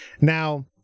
Now